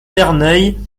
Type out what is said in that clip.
verneuil